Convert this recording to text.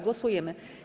Głosujemy.